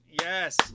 yes